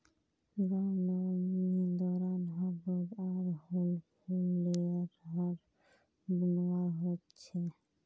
रामनवामी दौरान हर रोज़ आर हुल फूल लेयर हर बनवार होच छे